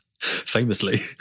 famously